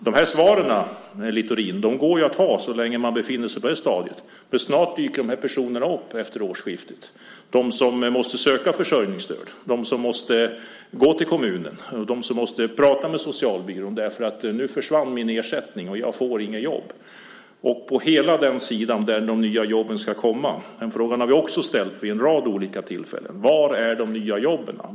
De svar som Littorin ger kan han ge så länge vi befinner oss på det här stadiet, men efter årsskiftet dyker dessa personer upp - de som måste söka försörjningsstöd, de som måste gå till kommunen och prata med socialbyrån eftersom ersättningen försvann och de inte får något jobb. Vad gäller de nya jobben har vi vid en rad tillfällen ställt frågan: Var finns de?